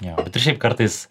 jo bet ir šiaip kartais